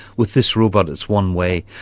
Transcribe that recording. with this robot it's one way.